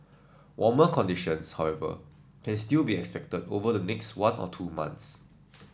warmer conditions however can still be expected over the next one or two months